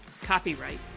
Copyright